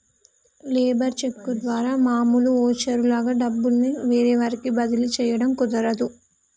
labour cheque ద్వారా మామూలు voucher లాగా డబ్బుల్ని వేరే వారికి బదిలీ చేయడం కుదరదు